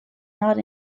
not